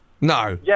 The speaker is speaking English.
No